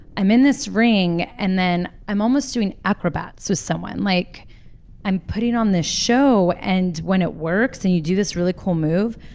i'm in this ring, and then i'm almost doing acrobats with someone, like i'm putting on this show, and when it works and you do this really cool move,